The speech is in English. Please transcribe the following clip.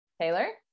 taylor